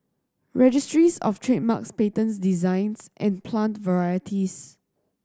Registries Of Trademarks Patents Designs and Plant Varieties